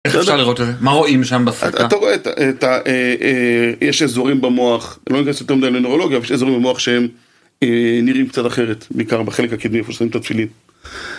איך אפשר לראות את זה? מה רואים שם בשדה? אתה רואה את ה... יש איזורים במוח, לא נכנס יותר מדי לנוירולוגיה, אבל יש אזורים במוח שהם נראים קצת אחרת, בעיקר בחלק הקדמי, איפה ששמים את התפילין